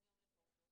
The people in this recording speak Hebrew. המטפלות.